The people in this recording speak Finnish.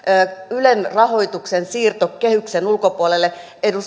ylen rahoituksen siirto kehyksen ulkopuolelle